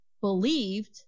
believed